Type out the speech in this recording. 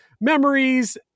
memories